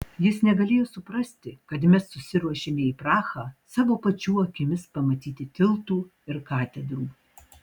jis negalėjo suprasti kad mes susiruošėme į prahą savo pačių akimis pamatyti tiltų ir katedrų